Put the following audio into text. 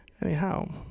Anyhow